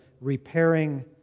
repairing